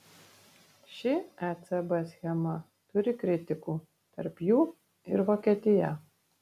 ši ecb schema turi kritikų tarp jų ir vokietija